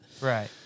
Right